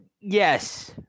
Yes